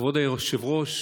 כבוד היושב-ראש